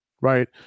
right